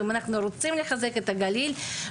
ואם אנחנו רוצים לקדם את הגליל,